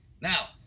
Now